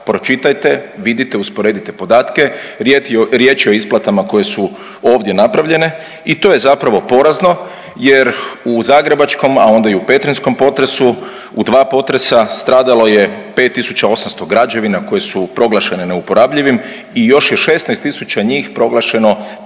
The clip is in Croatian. pročitajte, vidite, usporedite podatke, riječ je o isplatama koje su ovdje napravljene i to je zapravo porazno jer u zagrebačkom, a onda i u petrinjskom potresu, u 2 potresa stradalo je 5800 građevina koje su proglašene neuporabljivim i još je 16 000 njih proglašeno privremeno